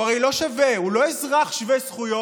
הוא הרי לא שווה, הוא לא אזרח שווה זכויות.